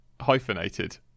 hyphenated